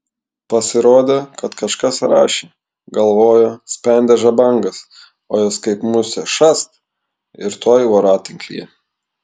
pasirodė kad kažkas rašė galvojo spendė žabangas o jis kaip musė šast ir tuoj voratinklyje